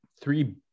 three